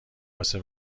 واسه